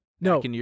No